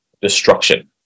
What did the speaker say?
destruction